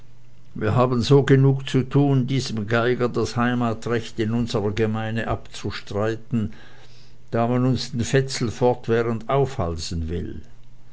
wir haben so genug zu tun diesem geiger das heimatsrecht in unserer gemeinde abzustreiten da man uns den fetzel fortwährend aufhalsen will